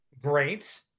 great